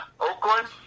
Oakland